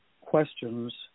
questions